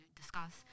discuss